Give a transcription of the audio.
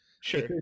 Sure